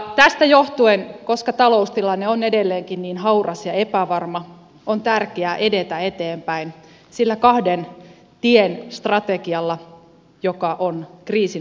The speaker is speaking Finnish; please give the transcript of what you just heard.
tästä johtuen koska taloustilanne on edelleenkin niin hauras ja epävarma on tärkeää edetä eteenpäin sillä kahden tien strategialla joka on kriisin hoitoon valittu